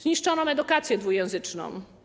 Zniszczoną edukację dwujęzyczną.